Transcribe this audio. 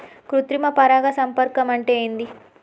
కృత్రిమ పరాగ సంపర్కం అంటే ఏంది?